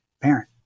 parent